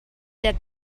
that